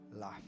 life